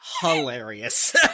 hilarious